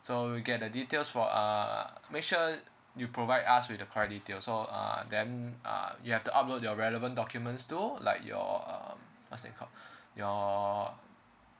so we get the details for uh make sure you provide us with the correct details so uh then uh you have to upload your relevant documents too like your um what's that called your